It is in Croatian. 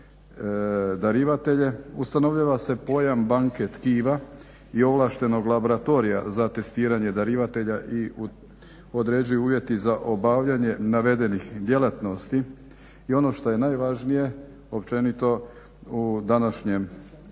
Ustanovljava se pojam banke tkiva i ovlaštenog laboratorija za testiranje darivatelja i određuju uvjeti za obavljanje navedenih djelatnosti. I ono što je najvažnije općenito u današnjem